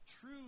true